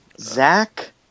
Zach